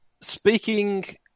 speaking